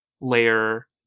layer